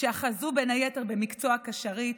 שאחזו בין היתר במקצוע קשרית,